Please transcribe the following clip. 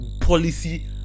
policy